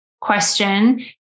question